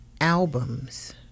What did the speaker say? albums